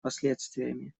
последствиями